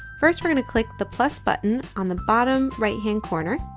first we're going to click the plus button on the bottom right hand corner